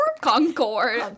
Concord